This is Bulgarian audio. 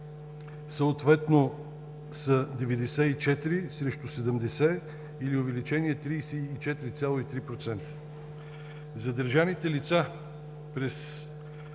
съответно са 94 срещу 70, или увеличение 34,3 на сто. Задържаните лица при